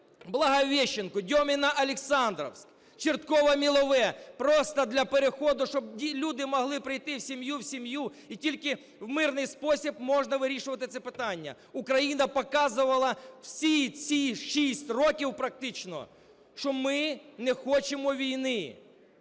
Благовещенку, Дьоміно-Олександрівку, Чорткове-Мілове, просто для переходу, щоб люди могли прийти в сім'ю, в сім'ю і тільки в мирний спосіб можна вирішувати це питання. Україна показувала всі ці 6 років практично, що ми не хочемо війни.